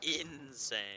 insane